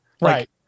Right